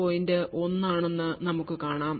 1 ആണെന്ന് നമുക്ക് കാണാം